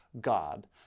God